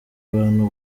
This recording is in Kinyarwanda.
abantu